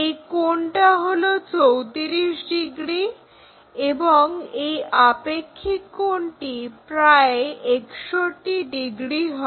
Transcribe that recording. এই কোণটা হলো 34 ডিগ্রি এবং এই আপেক্ষিক কোণটি প্রায় 61 ডিগ্রি হয়